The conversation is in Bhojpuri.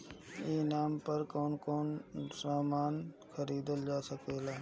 ई नाम पर कौन कौन समान खरीदल जा सकेला?